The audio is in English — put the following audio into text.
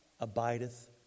abideth